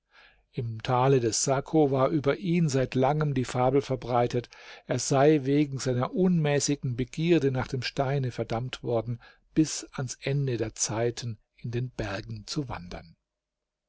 im tale des saco war über ihn seit langem die fabel verbreitet er sei wegen seiner unmäßigen begierde nach dem steine verdammt worden bis ans ende der zeiten in den bergen zu wandern